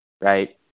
Right